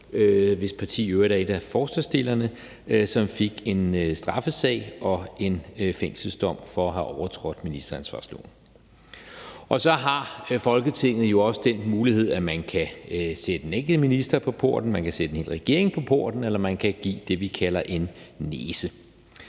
hvis parti i øvrigt er repræsenteret blandt forslagsstillerne, som fik en straffesag og en fængselsdom for at have overtrådt ministeransvarlighedsloven. Så har Folketinget jo også den mulighed, at man kan sætte en enkelt minister på porten, og man kan sætte en regering på porten, eller man kan give det, vi kalder en næse.